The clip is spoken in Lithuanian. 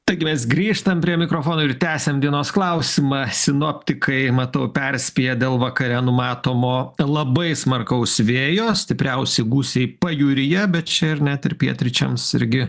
taigi mes grįžtam prie mikrofono ir tęsiam dienos klausimą sinoptikai matau perspėja dėl vakare numatomo labai smarkaus vėjo stipriausi gūsiai pajūryje bet čia ir net ir pietryčiams irgi